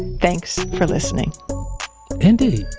thanks for listening indeed